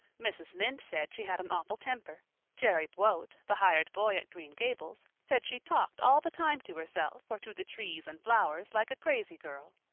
mrs. lynde said she had an awful temper jerry buote, the hired boy at green gables, said she talked all the time to herself or to the trees and flowers like a crazy girl.